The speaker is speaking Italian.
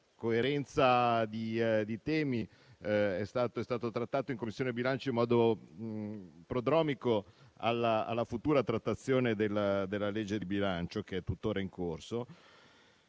di coerenza di temi, è stato trattato in Commissione bilancio in modo prodromico alla futura trattazione del disegno di legge di bilancio, che è tuttora in corso.